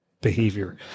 behavior